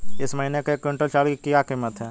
इस महीने एक क्विंटल चावल की क्या कीमत है?